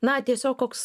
na tiesiog koks